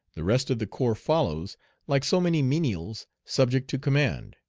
the rest of the corps follows like so many menials subject to command.